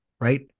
right